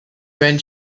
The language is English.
grand